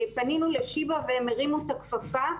פנינו לשיבא והם הרימו את הכפפה.